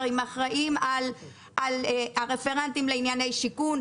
עם האחראים על הרפרנטים לענייני שיכון,